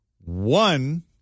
one